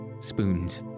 spoons